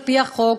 על-פי החוק,